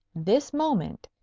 this moment,